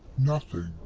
nothing.